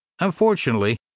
Unfortunately